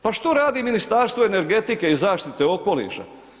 Pa što radi Ministarstvo energetike i zaštite okoliša?